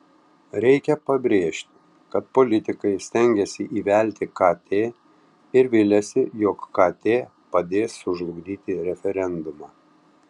reikia pabrėžti kad politikai stengiasi įvelti kt ir viliasi jog kt padės sužlugdyti referendumą